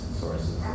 sources